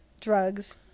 drugs